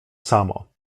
samo